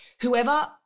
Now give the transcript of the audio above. whoever